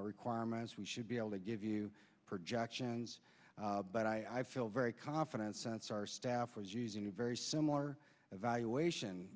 requirements we should be able to give you projections but i feel very confident since our staff was using a very similar evaluation